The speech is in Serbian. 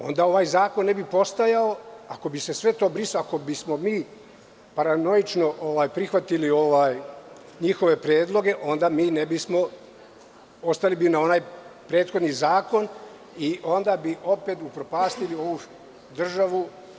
Onda ovaj zakon ne bi postojao ako bi se sve to brisalo i ako bismo mi paranoično prihvatili njihove predloge, onda bismo ostali na prethodnom zakonu i po drugi put bismo upropastili ovu državu.